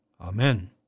Amen